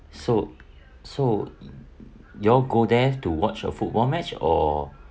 so so you all go there to watch a football match or